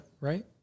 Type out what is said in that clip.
Right